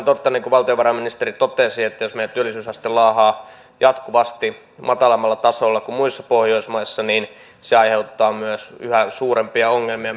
totta niin kuin valtiovarainministeri totesi että jos meidän työllisyysaste laahaa jatkuvasti matalammalla tasolla kuin muissa pohjoismaissa se aiheuttaa myös yhä suurempia ongelmia